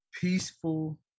peaceful